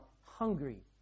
hungry